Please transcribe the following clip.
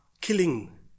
killing